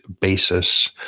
basis